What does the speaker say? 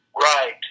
right